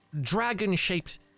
dragon-shaped